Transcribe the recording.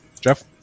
Jeff